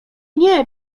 nie